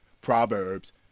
Proverbs